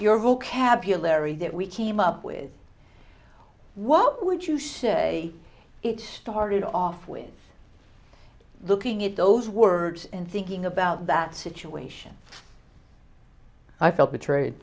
your vocabulary that we came up with what would you say it started off with looking at those words and thinking about that situation i felt betrayed